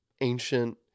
ancient